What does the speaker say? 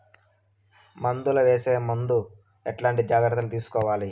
మందులు వేసే ముందు ఎట్లాంటి జాగ్రత్తలు తీసుకోవాలి?